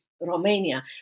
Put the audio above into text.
Romania